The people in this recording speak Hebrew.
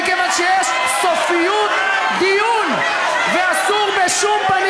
מכיוון שיש סופיות דיון ואסור בשום פנים